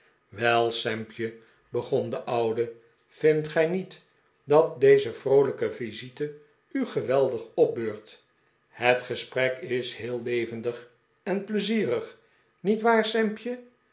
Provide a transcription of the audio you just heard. wel sampje begon de oude vindt gij niet dat deze vroolijke visite u geweldig opbeurt het gesprek is heel levendig en pleizierig niet waar sampje